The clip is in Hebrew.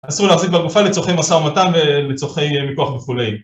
אסור להוסיף בגופה לצורכי משא ומתא ולצורכי מכוח וכולי.